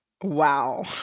Wow